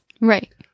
Right